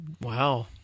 Wow